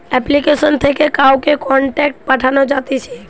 application থেকে কাউকে contact পাঠানো যাতিছে